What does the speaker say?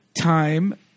time